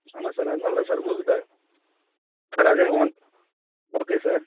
ஆமாம் சார் அதுமாதிரி இல்லை உங்கள் கிட்ட சார் அது இல்லை ஒன் ஓகே சார்